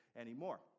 anymore